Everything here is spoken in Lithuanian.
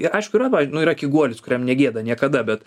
jie aišku yra pavyzdžiui nu yra kiguolis kuriam negėda niekada bet